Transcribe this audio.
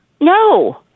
No